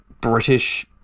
British